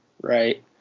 right